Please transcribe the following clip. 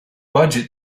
budget